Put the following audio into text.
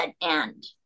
end